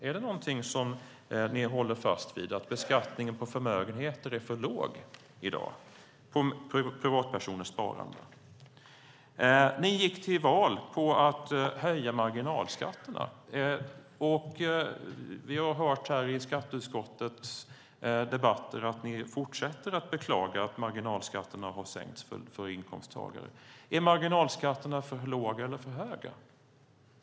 Är det någonting som ni håller fast vid, att beskattningen på förmögenheter, på privatpersoners sparande, är för låg i dag? Ni gick till val på att höja marginalskatterna. Vi har hört här i skatteutskottets debatter att ni fortsätter att beklaga att marginalskatterna har sänkts för inkomsttagare. Är marginalskatterna för låga eller för höga?